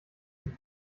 die